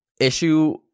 issue